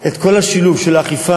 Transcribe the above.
את כל השילוב של האכיפה,